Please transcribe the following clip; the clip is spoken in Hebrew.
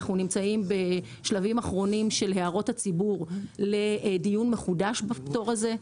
אנחנו נמצאים בשלבים אחרונים של הערות הציבור לדיון מחודש בפטור הזה.